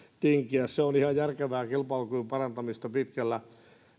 tinkiä se on ihan järkevää kilpailukyvyn parantamista pitkällä